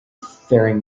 faring